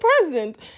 present